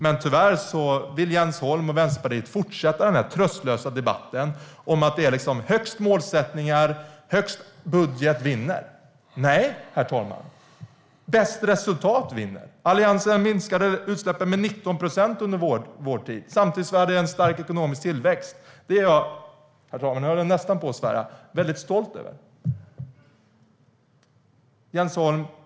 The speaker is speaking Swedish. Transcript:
Men tyvärr vill Jens Holm och Vänsterpartiet fortsätta den tröstlösa debatten om att högst målsättningar och högst budget vinner. Nej, herr talman - bäst resultat vinner! Alliansen minskade utsläppen med 19 procent under vår tid samtidigt som vi hade en stark ekonomisk tillväxt. Det är jag - nu höll jag nästan på att svära, herr talman - väldigt stolt över.